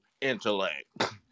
intellect